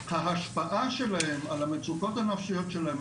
ההשפעה שלהם על המצוקות הנפשיות שלהם,